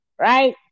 right